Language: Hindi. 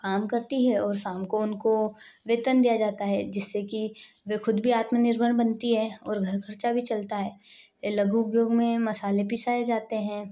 काम करती है और शाम को उनको वेतन दिया जाता है जिससे की वह खुद भी आत्मनिर्भर बनती है और घर खर्चा भी चलता है लघु उद्योग में मसाले पिसाए जाते है